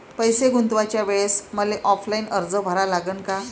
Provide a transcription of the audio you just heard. पैसे गुंतवाच्या वेळेसं मले ऑफलाईन अर्ज भरा लागन का?